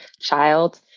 child